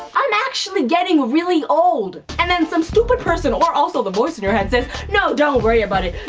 i'm actually getting really old. and then some stupid person, or also the voice in your head, says, no, don't worry about it.